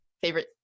favorite